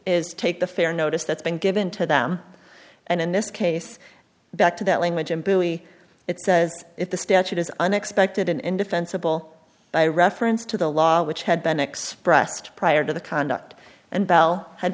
is take the fair notice that's been given to them and in this case back to that language and billy it says if the statute is unexpected an indefensible by reference to the law which had been expressed prior to the conduct and bell had